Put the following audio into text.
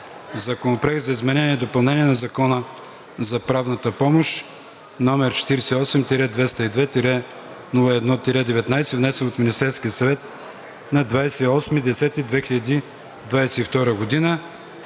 Законопроект за изменение и допълнение на Закона за правната помощ, № 48-202-01-19, внесен от Министерския съвет на 28 октомври